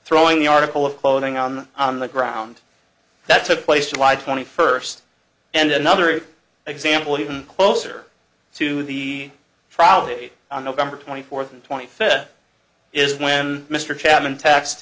throwing the article of clothing on the on the ground that took place she lied twenty first and another example even closer to the probably on november twenty fourth and twenty fifth is when mr chapman t